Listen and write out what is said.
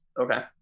Okay